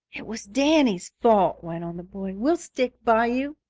it was danny's fault, went on the boy. we'll stick by you.